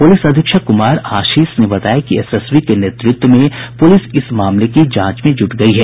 police अधीक्षक कुमार आशीष ने बताया कि एसएसबी के नेतृत्व में पुलिस इस मामले की जांच में जुट गई है